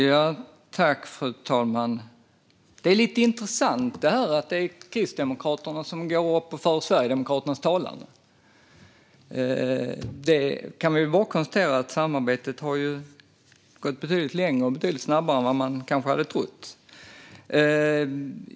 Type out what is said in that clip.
Fru talman! Det är lite intressant att det är Kristdemokraterna som går upp och för Sverigedemokraternas talan. Vi kan bara konstatera att samarbetet har gått betydligt längre och betydligt snabbare än man kanske hade trott.